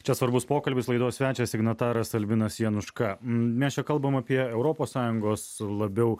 čia svarbus pokalbis laidos svečias signataras albinas januška mes čia kalbame apie europos sąjungos labiau